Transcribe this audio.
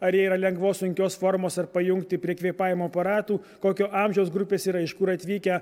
ar yra lengvos sunkios formos ar pajungti prie kvėpavimo aparatų kokio amžiaus grupės yra iš kur atvykę